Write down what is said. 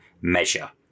measure